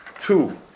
two